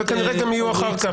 וכנראה גם יהיו אחר כך.